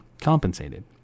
compensated